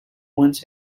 ones